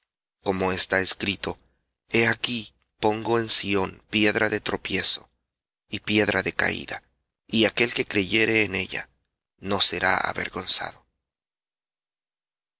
como está escrito he aquí pongo en sión piedra de tropiezo y piedra de caída y aquel que creyere en ella no será avergonzado